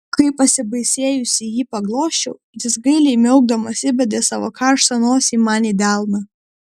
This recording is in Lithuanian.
kai pasibaisėjusi jį paglosčiau jis gailiai miaukdamas įbedė savo karštą nosį man į delną